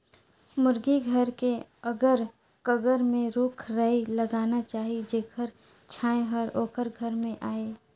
मुरगी घर के अगर कगर में रूख राई लगाना चाही जेखर छांए हर ओखर घर में आय